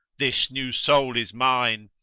this new soul is mine!